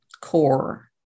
core